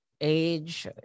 age